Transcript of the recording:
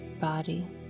body